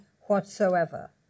whatsoever